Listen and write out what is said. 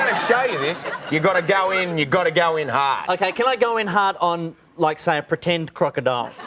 show you this you've got to go in and you've got to go in half ah okay, can i go in hard on like say a pretend crocodile?